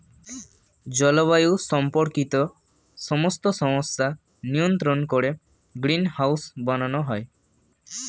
জলবায়ু সম্পর্কিত সমস্ত সমস্যা নিয়ন্ত্রণ করে গ্রিনহাউস বানানো হয়